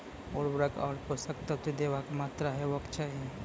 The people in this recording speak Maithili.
उर्वरक आर पोसक तत्व देवाक मात्राकी हेवाक चाही?